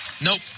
Nope